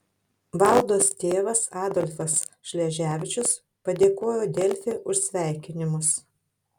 valdos tėvas adolfas šleževičius padėkojo delfi už sveikinimus